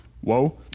Whoa